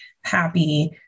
happy